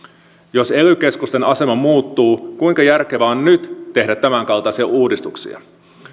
jos ely keskusten asema muuttuu kuinka järkevää on nyt tehdä tämänkaltaisia uudistuksia